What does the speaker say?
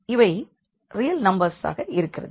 இவை ரியல் நம்பர்களாக இருக்கிறது